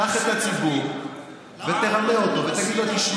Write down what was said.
קח את הציבור ותרמה אותו, תן